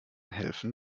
helfen